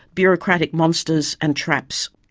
bureaucratic monsters, and traps.